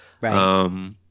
Right